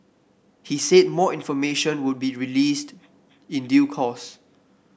he said more information would be released in due course